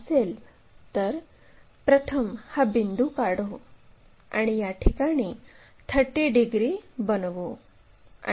म्हणून PQ आणि QR दरम्यानचा कोन हा 113 डिग्रीच्या आसपास आहे